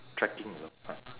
trekking l~ ah